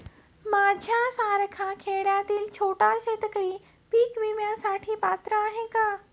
माझ्यासारखा खेड्यातील छोटा शेतकरी पीक विम्यासाठी पात्र आहे का?